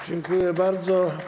Dziękuję bardzo.